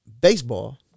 Baseball